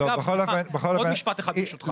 אגב --- בכל אופן --- משפט אחד ברשותך.